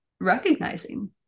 recognizing